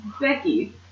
Becky